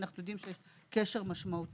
אנחנו יודעים שיש לזה קשר משמעותי.